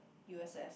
U_S_S